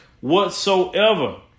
whatsoever